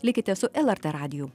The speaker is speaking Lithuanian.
likite su lrt radiju